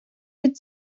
від